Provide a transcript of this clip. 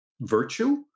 virtue